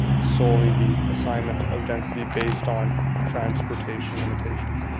solely the assignment of density based on transportation limitations.